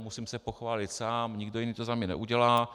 Musím se pochválit sám, nikdo jiný to za mě neudělá.